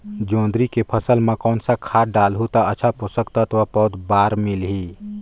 जोंदरी के फसल मां कोन सा खाद डालहु ता अच्छा पोषक तत्व पौध बार मिलही?